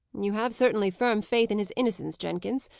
you have certainly firm faith in his innocence, jenkins.